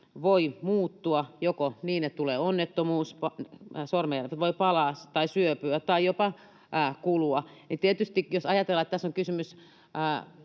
voivat muuttua joko niin, että tulee onnettomuus — sormenjälki voi palaa, syöpyä tai jopa kulua. Tietysti jos ajatellaan, että tässä on kysymys